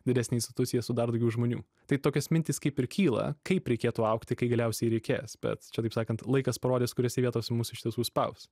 didesnę instituciją su dar daugiau žmonių tai tokios mintys kaip ir kyla kaip reikėtų augti kai galiausiai reikės bet čia taip sakant laikas parodys kuriose vietos mus iš tiesų spaus